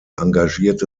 engagierte